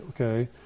okay